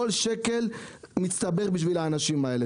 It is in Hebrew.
כל שקל חשוב לאנשים האלה.